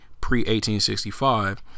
pre-1865